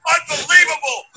Unbelievable